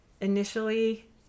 initially